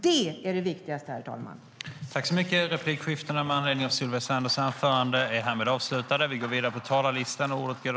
Det är det viktigaste, herr talman.